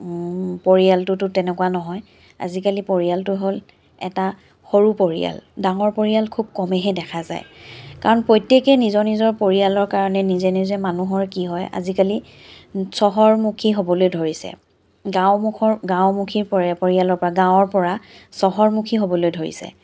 পৰিয়ালটোতো তেনেকুৱা নহয় আজিকালি পৰিয়ালটো হ'ল এটা সৰু পৰিয়াল ডাঙৰ পৰিয়াল খুব কমেইহে দেখা যায় কাৰণ প্ৰত্যেকেই নিজৰ নিজৰ পৰিয়ালৰ কাৰণে নিজে নিজে মানুহৰ কি হয় আজিকালি চহৰমুখী হ'বলৈ ধৰিছে গাঁওমুখৰ গাঁওমুখী পৰিয়ালৰ পৰা গাঁৱৰ পৰা চহৰমুখী হ'বলৈ